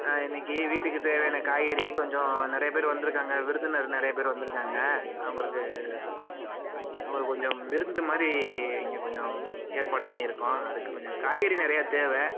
இன்னைக்கு வீட்டுக்கு தேவையான காய்கறி கொஞ்சம் நிறைய பேர் வந்திருக்காங்க விருந்தினர் நிறைய பேர் வந்திருக்காங்க அவங்களுக்கு அவங்களுக்கு கொஞ்சம் விருந்து மாதிரி இங்கே கொஞ்சம் ஏற்பாடு பண்ணியிருக்கோம் அதுக்கு கொஞ்சம் காய்கறி நிறையா தேவை